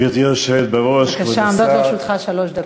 עומדות לרשותך שלוש דקות.